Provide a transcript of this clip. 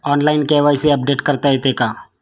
Online KYC update करता येते का?